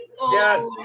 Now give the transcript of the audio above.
Yes